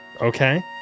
Okay